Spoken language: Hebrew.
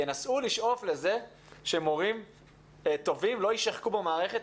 ינסו לשאוף לזה שמורים טובים לא יישחקו במערכת,